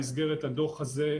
במסגרת הדוח הזה,